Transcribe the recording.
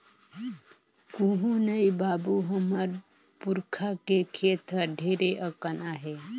कुहू नइ बाबू, हमर पुरखा के खेत हर ढेरे अकन आहे